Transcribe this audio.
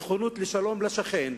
לנכונות לשלום עם השכן,